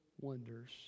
wonders